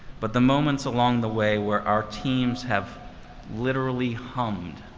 but the moments along the way where our teams have literally hummed.